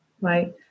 right